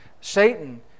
Satan